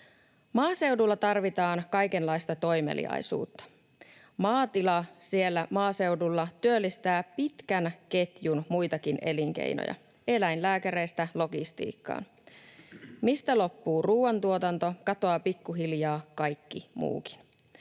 Maaseudulla tarvitaan kaikenlaista toimeliaisuutta. Maatila siellä maaseudulla työllistää pitkän ketjun muitakin elinkeinoja eläinlääkäreistä logistiikkaan. Mistä loppuu ruuantuotanto, katoaa pikkuhiljaa kaikki muukin.